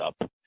up